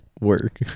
work